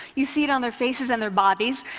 you see it on their faces and their bodies,